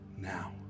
now